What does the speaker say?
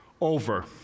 over